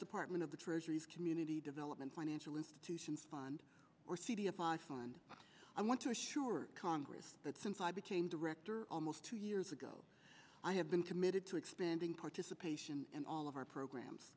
department of the treasury of community development financial institutions fund or c d s i fund i want to assure congress that since i became director almost two years ago i have been committed to expanding participation in all of our programs